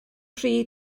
rhy